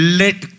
let